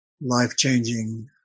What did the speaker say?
life-changing